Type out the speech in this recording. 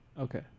Okay